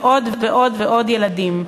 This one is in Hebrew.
עוד ועוד ועוד ילדים,